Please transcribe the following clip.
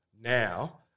now